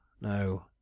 no